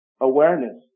awareness